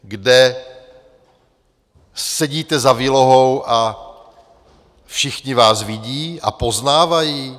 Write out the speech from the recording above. Kde sedíte za výlohou a všichni vás vidí a poznávají?